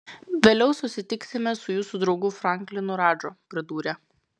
vėliau susitiksime su jūsų draugu franklinu radžu pridūrė